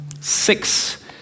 six